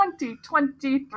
2023